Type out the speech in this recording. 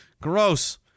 Gross